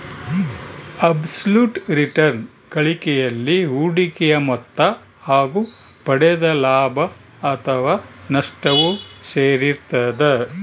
abs ಲುಟ್ return ಗಳಿಕೆಯಲ್ಲಿ ಹೂಡಿಕೆಯ ಮೊತ್ತ ಹಾಗು ಪಡೆದ ಲಾಭ ಅಥಾವ ನಷ್ಟವು ಸೇರಿರ್ತದ